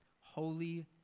holy